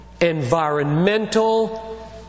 environmental